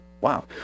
Wow